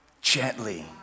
Gently